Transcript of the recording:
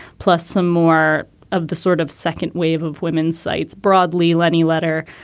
plus some more of the sort of second wave of women's sites broadly leddy letter.